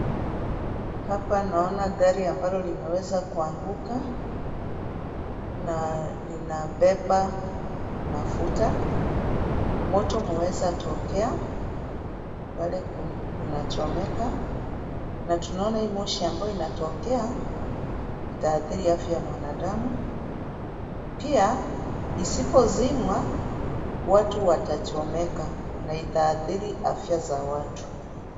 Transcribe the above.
Hapa naona gari ambalo limeweza kuanguka na linabeba mafuta. Moto umeweza tokea pale kunachomeka na tunaona hii moshi ambayo inatokea itaathiri afya ya mwanadamu. Pia isipozimwa watu watachomeka na itaathiri afya za watu.